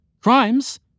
Crimes